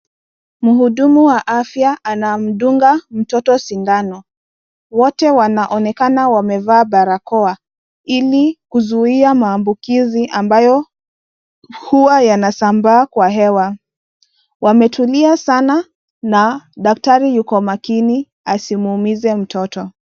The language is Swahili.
Mhudumu wa afya anamdunga mtoto sindano. Wote wanaonekana wamevaa barakoa, ili kuzuia maambukizi ambayo huwa yanasambaa kwa hewa. Wametulia sana na daktari yuko makini asimuumize mtoto.